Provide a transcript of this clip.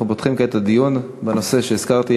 אנחנו פותחים כעת את הדיון בנושא שהזכרתי,